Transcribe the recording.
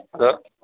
അതോ